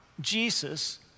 Jesus